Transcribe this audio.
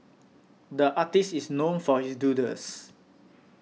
the artist is known for his doodles